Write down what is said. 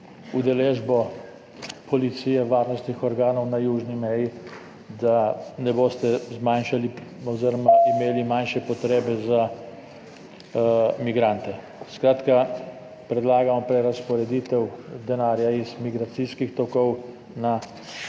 udeležbo policije, varnostnih organov na južni meji, da ne boste zmanjšali oziroma imeli manjše potrebe za migrante. Skratka, predlagamo prerazporeditev denarja z migracijskih tokov na